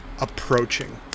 approaching